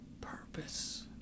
purpose